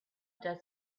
does